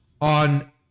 on